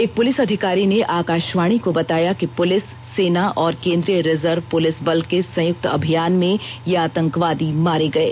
एक पुलिस अधिकारी ने आकाशवाणी को बताया कि पुलिस सेना और केन्द्रीय रिजर्व पुलिस बल के संयुक्त अभियान में ये आतंकवादी मारे गये